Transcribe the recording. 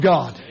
God